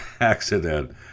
accident